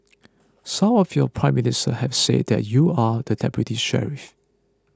some of your Prime Ministers have said that you are the deputy sheriff